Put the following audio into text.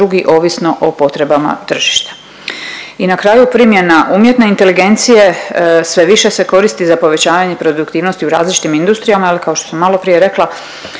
drugi, ovisno o potrebama tržišta. I na kraju primjena umjetne inteligencije, sve više se koristi za povećavanje produktivnosti u različitim industrijama ili kao što sam maloprije rekla,